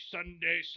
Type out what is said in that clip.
Sunday